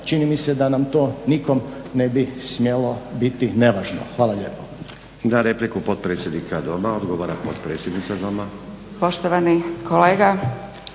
čini mi se da nam to nikom ne bi smjelo biti nevažno. Hvala lijepo.